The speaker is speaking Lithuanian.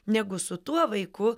negu su tuo vaiku